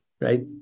right